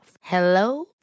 Hello